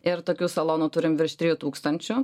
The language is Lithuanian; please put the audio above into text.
ir tokių salonų turim virš trijų tūkstančių